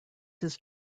his